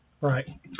Right